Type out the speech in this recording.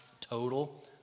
total